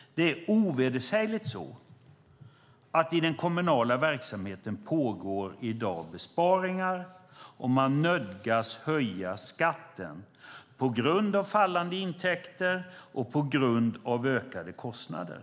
Det är ovedersägligt så att det pågår besparingar i den kommunala verksamheten i dag. Man nödgas höja skatten på grund av fallande intäkter och på grund av ökade kostnader.